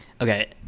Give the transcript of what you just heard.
Okay